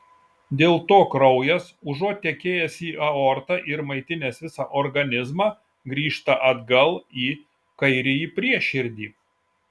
dėl to kraujas užuot tekėjęs į aortą ir maitinęs visą organizmą grįžta atgal į kairįjį prieširdį